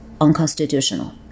unconstitutional